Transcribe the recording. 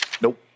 Nope